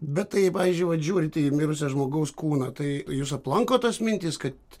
bet tai pavyzdžiui vat žiūrite į mirusio žmogaus kūną tai jus aplanko tos mintys kad